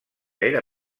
era